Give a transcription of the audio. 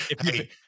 Hey